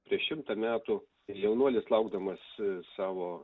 prieš šimtą metų jaunuolis laukdamas savo